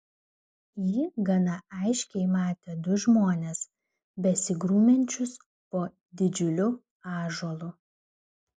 ji gana aiškiai matė du žmones besigrumiančius po didžiuliu ąžuolu